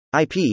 IP